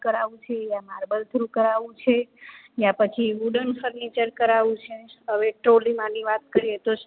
કરાવવું છે યા માર્બલ થ્રુ કરાવવું છે ને પછી વુડન ફર્નિચર કરાવવું છે હવે ટ્રોલીમાંની વાત કરીએ તો